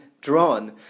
drawn